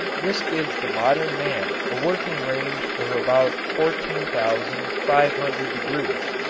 this gives the modern man a working range of about fourteen thousand five hundred degrees,